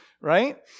right